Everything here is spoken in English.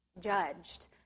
judged